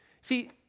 See